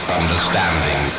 understanding